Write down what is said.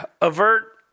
Avert